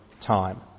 time